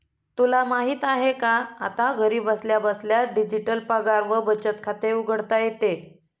तुला माहित आहे का? आता घरी बसल्या बसल्या डिजिटल पगार व बचत खाते उघडता येते